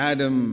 Adam